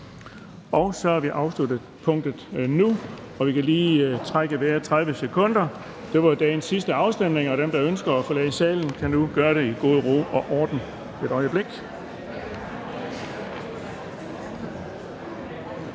Vi har afsluttet punktet, og vi kan lige trække vejret i 30 sekunder. Det var jo dagens sidste afstemning, og dem, der ønsker at forlade salen, kan nu gøre det i god ro og orden. Der går et øjeblik.